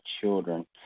children